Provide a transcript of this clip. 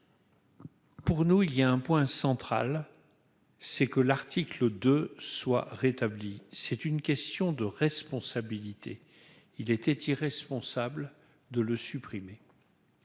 Pour nous, il y a un point central, c'est que l'article de soit rétablie, c'est une question de responsabilité, il était irresponsable de le supprimer,